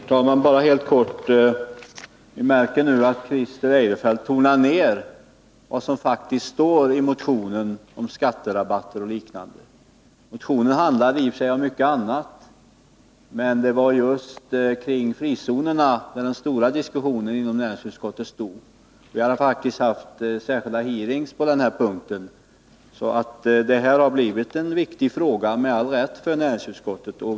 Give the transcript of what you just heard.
Herr talman! Bara helt kort: Vi märker nu att Christer Eirefelt tonar ner vad som faktiskt står i motionen om skatterabatter och liknande. Motionen handlade i och för sig om mycket annat, men det var just kring frizonerna som den stora diskussionen inom näringsutskottet stod. Vi hade faktiskt särskilda hearings på den här punkten. Frizonerna har blivit en viktig fråga, med all rätt, för näringsutskottet.